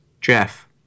Jeff